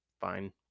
fine